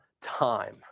time